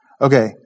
Okay